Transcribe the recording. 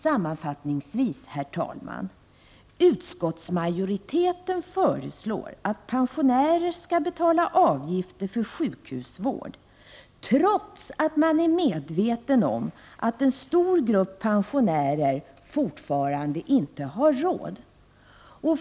Sammanfattningsvis föreslår utskottsmajoriteten att pensionärer skall betala avgifter för sjukhusvård, trots att man är medveten om att en stor grupp pensionärer fortfarande inte har råd.